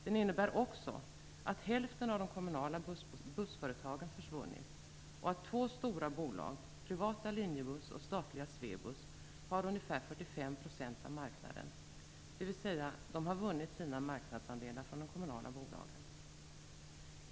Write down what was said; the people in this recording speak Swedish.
Den innebär också att hälften av de kommunala bussföretagen försvunnit och att två stora bolag, det privata Linjebuss och det statliga Swebus, har ungefär 45 % av marknaden. Dessa båda företag har vunnit sina marknadsandelar från de kommunala bolagen.